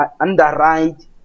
underwrite